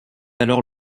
alors